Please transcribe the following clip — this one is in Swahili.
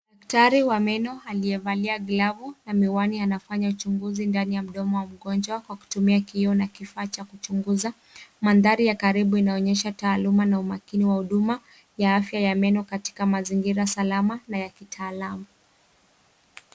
Daktari wa meno aliyevalia glovu na miwani anafanya uchunguzi ndani ya mdomo wa mngojwa kwa kutumia kioo na kifaa cha kuchunguza. Maandari ya karibu unaonyesha taaluma na umakini wa huduma ya afya ya meno katika mazingira salama na ya kitaalamu.